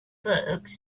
books